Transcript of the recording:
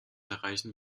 erreichen